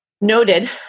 noted